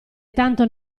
tanto